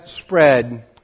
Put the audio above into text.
spread